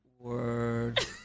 word